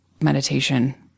meditation